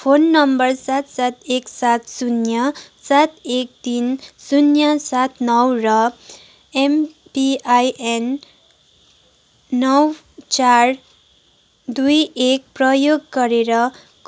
phone number सात सात एक सात शून्य सात एक तिन शून्य सात नौ र एमपिआइएन नौ चार दुई एक प्रयोग गरेर